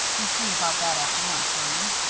you see about that after lunch, will you?